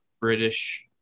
British